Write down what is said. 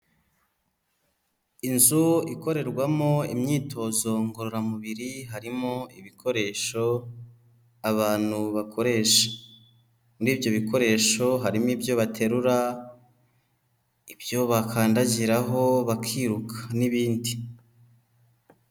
Inzu ikorerwamo imyitozo ngororamubiri harimo ibikoresho abantu bakoresha, muri ibyo bikoresho harimo ibyo baterura, ibyo bakandagiraho bakiruka n'ibindi.